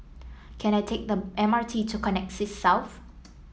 can I take the M R T to Connexis South